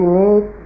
need